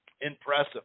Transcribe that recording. impressive